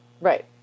Right